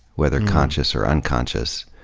whether conscious or unconscious.